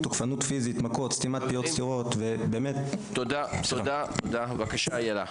איילה, בבקשה.